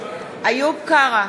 איוב קרא,